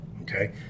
okay